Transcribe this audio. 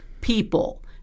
people